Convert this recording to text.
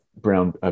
brown